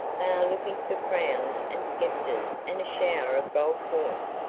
looking for crowns and scepters and a shower of gold coin.